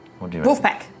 Wolfpack